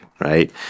right